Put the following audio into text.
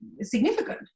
significant